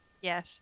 Yes